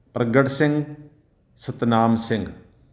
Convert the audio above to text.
Pargat Singh Satnam Singh